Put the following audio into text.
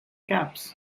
caps